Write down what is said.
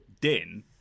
Din